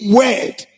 word